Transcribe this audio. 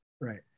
Right